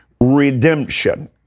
redemption